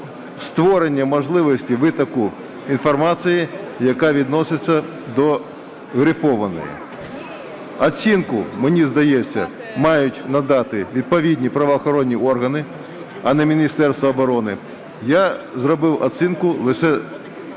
створення можливості витоку інформації, яка відноситься до грифованої. Оцінку, мені здається, мають надати відповідні правоохоронні органи, а не Міністерство оборони. Я зробив оцінку лише